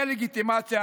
דה-לגיטימציה,